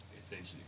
Essentially